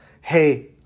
hey